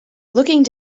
looking